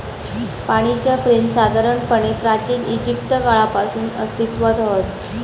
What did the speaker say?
पाणीच्या फ्रेम साधारणपणे प्राचिन इजिप्त काळापासून अस्तित्त्वात हत